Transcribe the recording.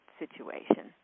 situation